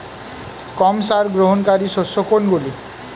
কম সার গ্রহণকারী শস্য কোনগুলি?